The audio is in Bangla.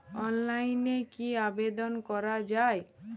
অনলাইনে কি আবেদন করা য়ায়?